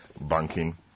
banking